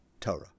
Torah